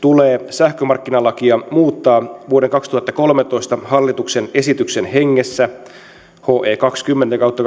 sähkömarkkinalakia muuttaa vuoden kaksituhattakolmetoista hallituksen esityksen kaksikymmentä